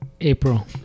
April